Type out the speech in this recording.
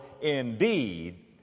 indeed